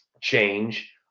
change